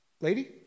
lady